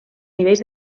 nivells